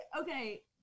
okay